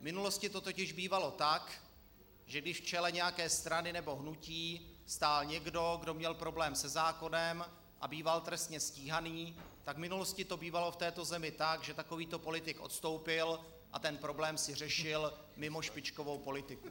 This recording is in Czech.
V minulosti to totiž bývalo tak, že když v čele nějaké strany nebo hnutí stál někdo, kdo měl problém se zákonem a býval trestně stíhaný, tak v minulosti to bývalo v této zemi tak, že takovýto politik odstoupil a ten problém si řešil mimo špičkovou politiku.